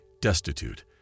destitute